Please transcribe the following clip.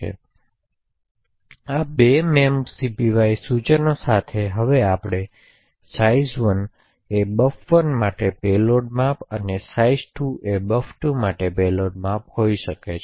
તેથી આ 2 memcpy સૂચનો સાથે આપણે size1 એ buffer1 માટે પેલોડ માપ અને size2 માટે buffer2 માટે પેલોડ માપ હોઈ છે